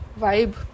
vibe